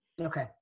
Okay